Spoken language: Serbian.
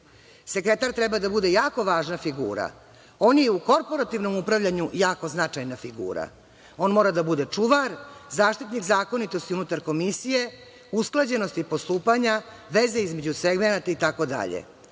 Sekretar treba da bude jako važna figura. On je i u korporativnom upravljanju jako značajna figura. On mora da bude čuvar, zaštitnik zakonitosti unutar Komisije, usklađenost postupanja, veze između segmenata itd.